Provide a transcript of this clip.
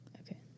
Okay